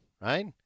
right